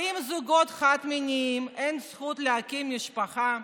האם לזוגות חד-מיניים אין זכות להקים משפחה?